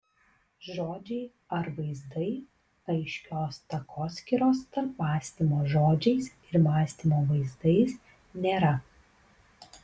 žodžiai ar vaizdai aiškios takoskyros tarp mąstymo žodžiais ir mąstymo vaizdais nėra